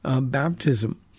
baptism